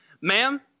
Ma'am